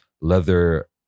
leather